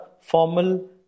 formal